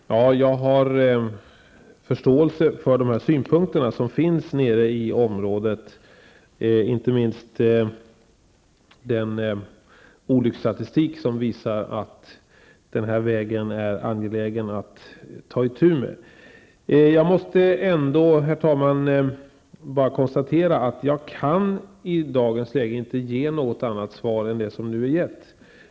Herr talman! Jag har förståelse för de synpunkter som finns i området, inte minst med tanke på olycksstatistiken som visar att det är angeläget att ta itu med den här vägen. Herr talman! Jag konstaterar att jag i dagens läge inte kan ge något annat svar än det som jag har lämnat.